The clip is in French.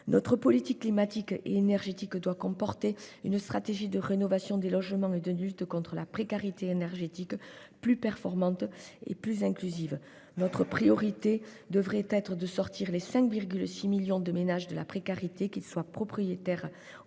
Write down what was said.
Notre politique climatique et énergétique doit comporter une stratégie de rénovation des logements et de lutte contre la précarité énergétique plus performante et plus inclusive. Notre priorité devrait être de sortir les 5,6 millions de ménages de la précarité, qu'ils soient propriétaires ou